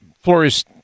Flores